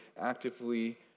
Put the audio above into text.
actively